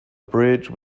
bridge